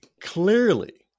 clearly